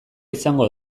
izango